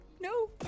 No